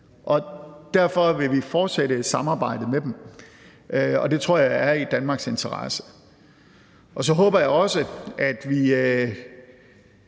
Derfor vil vi fortsætte samarbejdet med dem, for det tror jeg er i Danmarks interesse. Så håber jeg også, at vi